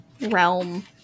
realm